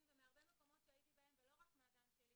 ומהרבה מקומות שהייתי בהם ולא רק מהגן שלי